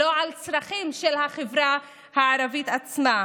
לא על צרכים של החברה הערבית עצמה.